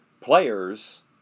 players